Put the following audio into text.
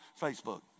Facebook